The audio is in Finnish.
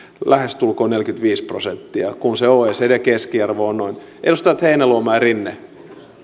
lähestulkoon neljäkymmentäviisi prosenttia kun se oecdn keskiarvo on noin edustajat heinäluoma ja rinne